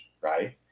right